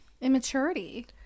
immaturity